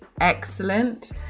excellent